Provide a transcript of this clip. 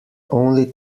only